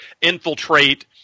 infiltrate